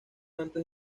antes